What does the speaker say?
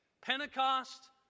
pentecost